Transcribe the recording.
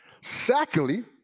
Secondly